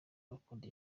bakunda